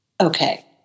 Okay